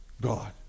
God